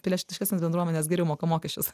pilietiškesnės bendruomenės geriau moka mokesčius